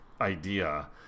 idea